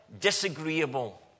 disagreeable